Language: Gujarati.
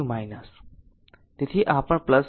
તેથી આ પણ જેવું હોઈ શકે છે આ એક છે